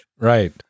Right